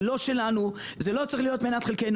זה לא שלנו, זה לא צריך להיות מנת חלקנו.